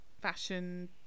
Fashion